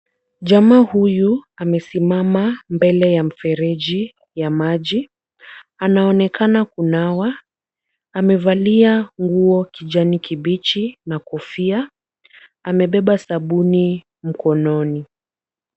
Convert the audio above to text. Jamaa huyu amesimama mbele ya mfereji ya maji ,anaonekana kunawa , amevalia nguo kijani kibichi na kofia ,amebeba sabuni mkononi .